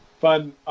fun